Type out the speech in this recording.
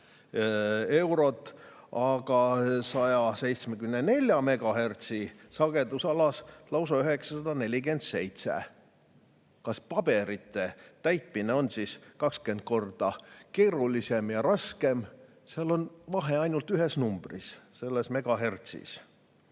eurot, aga 174 megahertsi sagedusalas lausa 947 eurot. Kas paberite täitmine on siis 20 korda keerulisem ja raskem? Seal on vahe ju ainult ühes numbris, selles megahertsis.